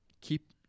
keep